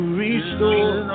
restore